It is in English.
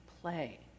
play